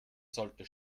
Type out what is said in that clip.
sollte